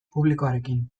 publikoarekin